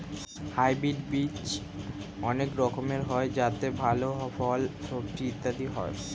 hybrid বীজ অনেক রকমের হয় যাতে ভালো ফল, সবজি ইত্যাদি হয়